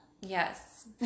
yes